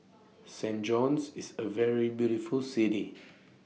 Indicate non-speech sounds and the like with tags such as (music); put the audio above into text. (noise) Saint John's IS A very beautiful City (noise)